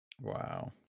wow